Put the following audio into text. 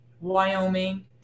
Wyoming